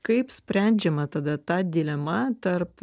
kaip sprendžiama tada ta dilema tarp